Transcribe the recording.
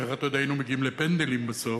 כי אחרת עוד היינו מגיעים לפנדלים בסוף,